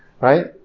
right